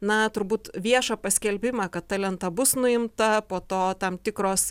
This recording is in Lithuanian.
na turbūt viešą paskelbimą kad ta lenta bus nuimta po to tam tikros